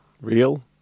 Real